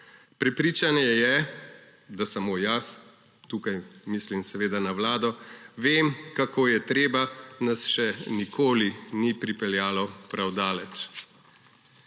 Prepričanje je, da samo jaz, tukaj mislim seveda na Vlado, vem, kako je treba, nas še nikoli ni pripeljalo prav daleč.